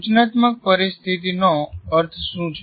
સૂચનાત્મક પરિસ્થિતિનો અર્થ શું છે